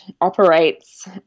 operates